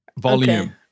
Volume